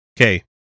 Okay